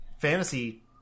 fantasy